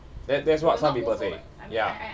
that that's what some people say ya